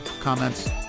comments